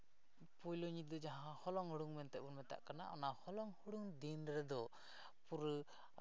ᱯᱳᱭᱞᱳ ᱧᱤᱫᱟᱹ ᱡᱟᱦᱟᱸ ᱦᱚᱞᱚᱝ ᱦᱩᱲᱩᱝ ᱢᱮᱱᱛᱮ ᱵᱚᱱ ᱢᱮᱛᱟᱜ ᱠᱟᱱᱟ ᱚᱱᱟ ᱦᱚᱞᱚᱝ ᱦᱩᱲᱩᱝ ᱫᱤᱱ ᱨᱮᱫᱚ ᱯᱩᱨᱟᱹ